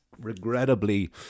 Regrettably